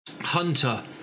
Hunter